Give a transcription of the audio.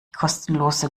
kostenlose